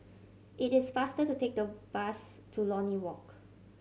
it is faster to take the bus to Lornie Walk